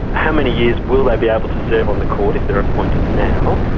how many years will they be able to serve on the court if they are appointed now?